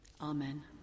Amen